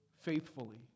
faithfully